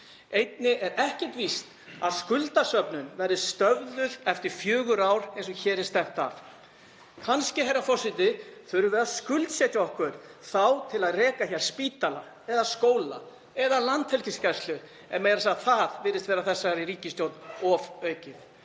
Einnig er ekkert víst að skuldasöfnun verði stöðvuð eftir fjögur ár eins og hér er stefnt að. Kannski þurfum við að skuldsetja okkur þá til að reka spítala eða skóla eða landhelgisgæslu. En meira að segja það virðist vera þessari ríkisstjórn ofviða.